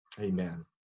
Amen